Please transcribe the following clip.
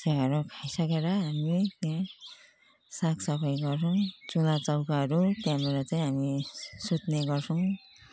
त्यहाँबाट खाइसकेर हामीले साफसफाई गर्छौँ चुलाचौकाहरू त्यहाँबाट चाहिँ हामी सुत्ने गर्छौँ